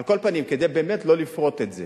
על כל פנים, כדי לא לפרוט את זה,